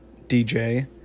DJ